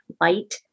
light